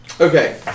Okay